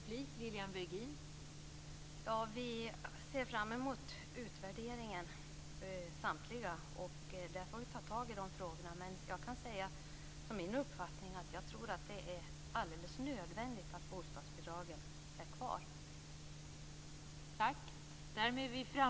Fru talman! Vi ser samtliga fram mot utvärderingen, och då får vi ta tag i de frågorna. Men min uppfattning är att det är helt nödvändigt att bostadsbidragen är kvar.